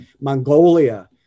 Mongolia